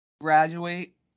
graduate